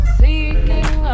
seeking